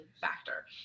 factor